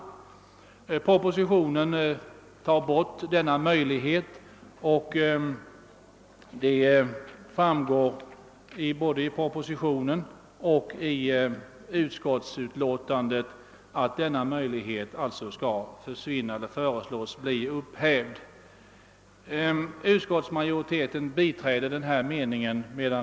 I propositionen föreslås ett avskaffande av denna möjlighet, och utskottsmajoriteten ansluter sig till detta förslag.